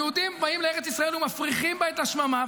היהודים באים לארץ ישראל ומפריחים בה את השממה,